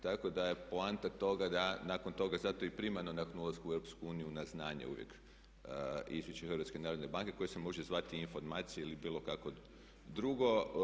Tako da je poanta toga da nakon toga zato i prima nakon ulaska u EU na znanje uvijek Izvješće HNB-a koje se može zvati i informacije ili bilo kako drugo.